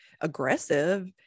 aggressive